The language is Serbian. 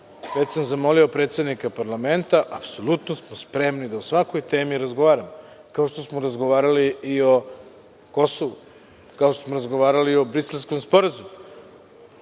sam zamolio predsednika parlamenta, apsolutno smo spremni da o svakoj temi razgovaramo, kao što smo razgovarali i o Kosovu, kao što smo razgovarali i o Briselskom sporazumu.